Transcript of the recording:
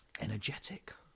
energetic